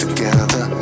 Together